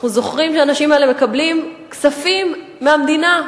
אנחנו זוכרים שהאנשים האלה מקבלים כספים מהמדינה,